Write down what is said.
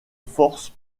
force